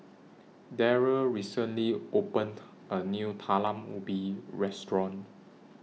Darrell recently opened A New Talam Ubi Restaurant